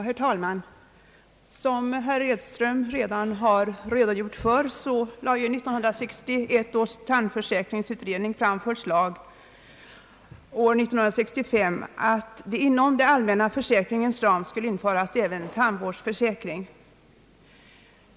Herr talman! Som herr Edström redan har redogjort för lade 1961 års sjukförsäkringsutredning fram ett förslag år 1965 att inom den allmänna försäkringens ram skulle införas även tandvårdsförsäkring.